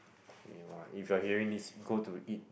you are if you are hearing this go to eat